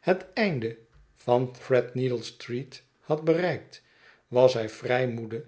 het einde van treadneedle street had bereikt was hy vrij moede